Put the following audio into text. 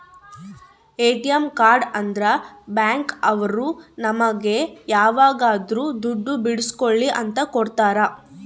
ATM card ಅಂದ್ರ bank ಅವ್ರು ನಮ್ಗೆ ಯಾವಾಗದ್ರು ದುಡ್ಡು ಬಿಡ್ಸ್ಕೊಳಿ ಅಂತ ಕೊಡ್ತಾರ